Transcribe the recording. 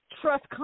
trust